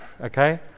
okay